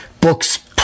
books